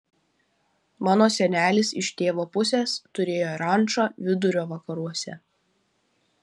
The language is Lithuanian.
mano senelis iš tėvo pusės turėjo rančą vidurio vakaruose